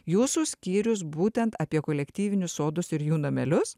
jūsų skyrius būtent apie kolektyvinius sodus ir jų namelius